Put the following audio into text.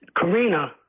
Karina